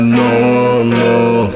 normal